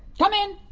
come in!